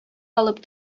алып